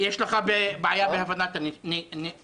יש לך בעיה הבנת הנשמע והנאמר.